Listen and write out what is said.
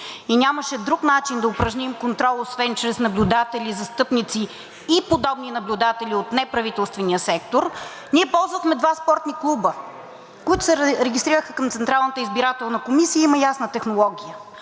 и нямаше друг начин да упражним контрол освен чрез наблюдатели, застъпници и подобни наблюдатели от неправителствения сектор, ние ползвахме два спортни клуба, които се регистрираха към Централната избирателна комисия – има ясна технология.